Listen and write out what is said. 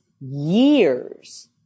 years